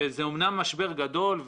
זה אמנם משבר גדול,